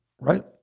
right